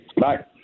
Bye